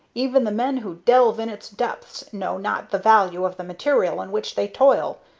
even the men who delve in its depths know not the value of the material in which they toil,